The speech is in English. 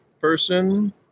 person